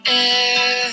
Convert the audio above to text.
air